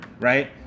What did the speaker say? right